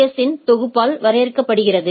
S இன் தொகுப்பால் வரையறுக்கப்படுகிறது